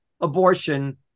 abortion